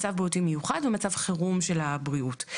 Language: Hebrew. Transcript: מצב בריאותי מיוחד ומצב חירום של הבריאות.